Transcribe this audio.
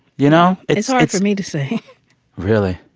you know? it's hard for me to say really?